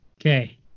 Okay